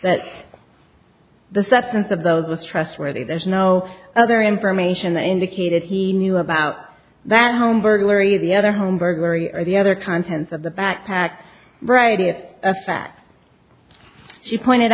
that the substance of those was trustworthy there's no other information that indicated he knew about that home burglary the other home burglary or the other contents of the backpack variety of a fact she pointed